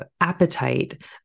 appetite